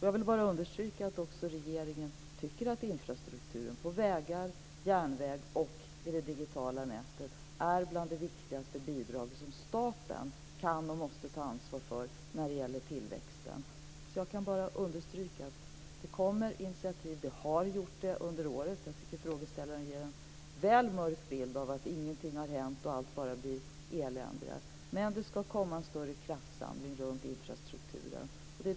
Jag vill understryka att regeringen också tycker att infrastrukturen på vägar, järnvägar och i det digitala nätet är bland de viktigaste bidragen som staten kan och måste ta ansvar för när det gäller tillväxten. Det kommer initiativ, och det har gjort det under året. Jag tycker att frågeställaren ger en väl mörk bild av att ingenting har hänt och att allt bara blir eländigare. Det ska komma en större kraftsamling runt infrastrukturen.